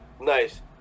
Nice